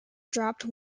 dropped